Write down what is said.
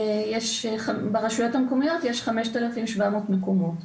ברשויות המקומיות יש 5,700 מקומות.